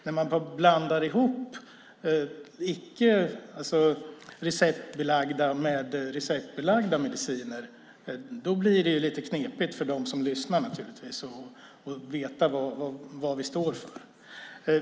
När man blandar ihop icke receptbelagda mediciner med sådana som är receptbelagda blir det naturligtvis knepigt för dem som lyssnar att veta vad vi står för.